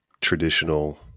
traditional